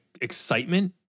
excitement